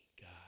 God